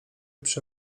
przy